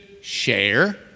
Share